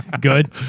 Good